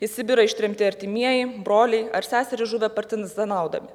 į sibirą ištremti artimieji broliai ar seserys žuvę partin zanaudami